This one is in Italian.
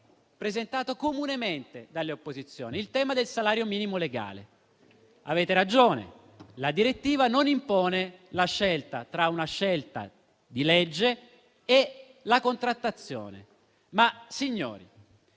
presentato comunemente dalle opposizioni è il salario minimo legale. Avete ragione: la direttiva non impone la scelta tra una legge e la contrattazione. Però,